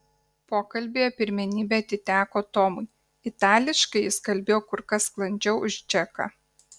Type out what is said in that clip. pokalbyje pirmenybė atiteko tomui itališkai jis kalbėjo kur kas sklandžiau už džeką